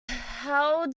how